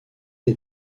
des